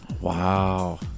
Wow